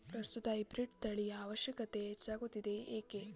ಪ್ರಸ್ತುತ ಹೈಬ್ರೀಡ್ ತಳಿಯ ಅವಶ್ಯಕತೆ ಹೆಚ್ಚಾಗುತ್ತಿದೆ ಏಕೆ?